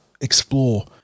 explore